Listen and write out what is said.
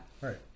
Right